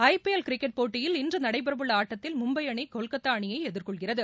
IPL cricket போட்டியில் இன்று நடைபெறவுள்ள ஆட்டத்தில் மும்பை அணி கொல்கத்தா அணியை எதிர்கொள்கிறது